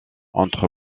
entre